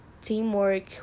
teamwork